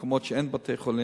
מקומות שאין בתי-חולים,